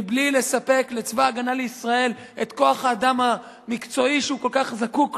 מבלי לספק לצבא-הגנה לישראל את כוח האדם המקצועי שהוא כל כך זקוק לו,